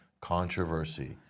controversy